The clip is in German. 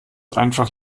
einfach